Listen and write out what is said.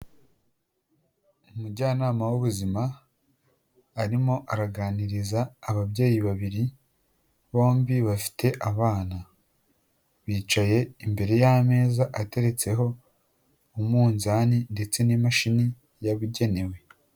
Umujyanama w'ubuzima, arimo araganiriza ababyeyi babiri, bombi bafite abana, bicaye imbere y'ameza ateretseho umunzani ndetse n'imashini yabugenewe.